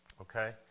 okay